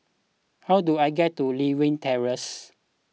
how do I get to Lewin Terrace